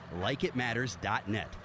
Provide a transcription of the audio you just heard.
LikeItMatters.net